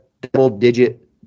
double-digit